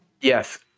Yes